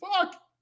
Fuck